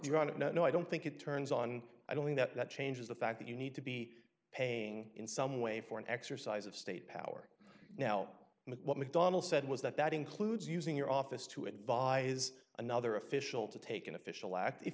now no i don't think it turns on i don't mean that that changes the fact that you need to be paying in some way for an exercise of state power now what mcdonnell said was that that includes using your office to advise another official to take an official act if